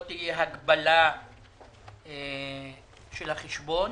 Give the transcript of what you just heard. לא תהיה הגבלה של החשבון,